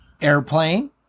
Airplane